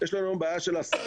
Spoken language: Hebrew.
יש לנו בעיה של הסברה.